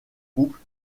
couples